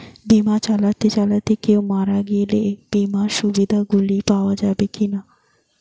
বিমা চালাতে চালাতে কেও মারা গেলে বিমার সুবিধা গুলি পাওয়া যাবে কি না?